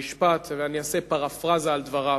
המשפט, ואני אעשה פרפראזה לדבריו,